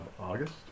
August